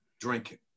Drinking